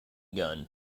gun